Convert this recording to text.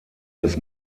des